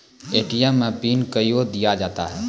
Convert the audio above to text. ATM मे PIN कयो दिया जाता हैं?